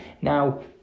Now